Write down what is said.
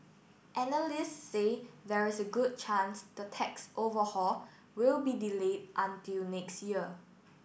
analysts say there is a good chance the tax overhaul will be delayed until next year